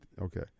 Okay